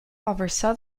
oversaw